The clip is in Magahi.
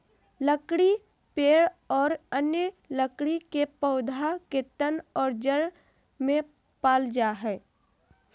लकड़ी पेड़ और अन्य लकड़ी के पौधा के तन और जड़ में पाल जा हइ